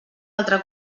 altre